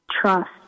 trust